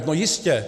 No jistě.